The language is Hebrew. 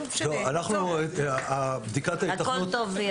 הכול טוב.